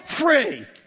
free